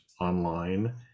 online